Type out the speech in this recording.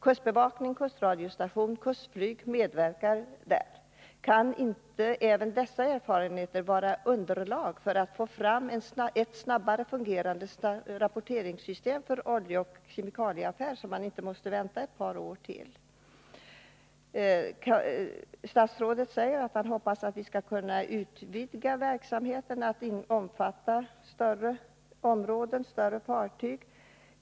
Kustbevakning, kustradiostation och kustflyg medverkar där. Kan inte även erfarenheter från den verksamheten vara underlag för att snabbare få fram ett fungerande rapporteringssystem avseende oljeoch kemikalietransporter, så att man inte måste vänta ytterligare ett par år? Statsrådet säger att han hoppas att man skall kunna utvidga verksamheten till att omfatta större områden och större fartyg.